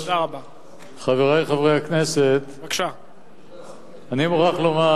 חברי חברי הכנסת, אני מוכרח לומר,